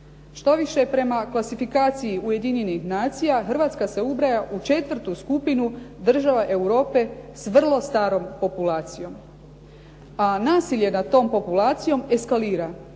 Štoviše, prema klasifikaciji Ujedinjenih nacija Hrvatska se ubraja u četvrtu skupinu država Europe s vrlo starom populacijom a nasilje nad tom populacijom eskalira